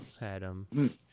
Adam